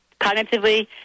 Cognitively